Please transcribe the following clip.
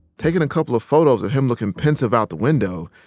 taking a couple of photos of him looking pensive out the window,